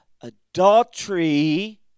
adultery